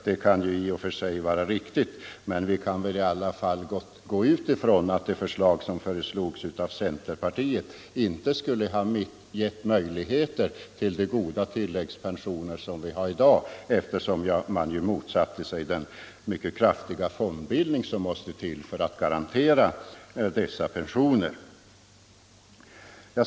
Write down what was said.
Det kan i och för sig vara riktigt, men vi kan väl i alla fall utgå ifrån att centerpartiets förslag inte skulle ha gett möjligheter till de goda tilläggspensioner som vi i dag har, eftersom man motsatte sig den mycket kraftiga fondbildning som måste till för att garantera dessa pensioner.